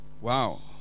Wow